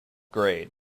grade